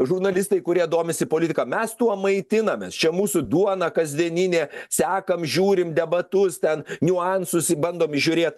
žurnalistai kurie domisi politika mes tuo maitinamės čia mūsų duona kasdieninė sekam žiūrim debatus ten niuansus bandom įžiūrėt